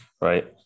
right